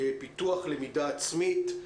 פיתוח למידה עצמית.